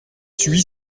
huit